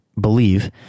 believe